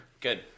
Good